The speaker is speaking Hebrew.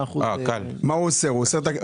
אל תגיד שעל ידי הוועדה.